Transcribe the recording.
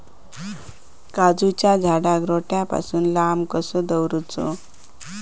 काजूच्या झाडांका रोट्या पासून लांब कसो दवरूचो?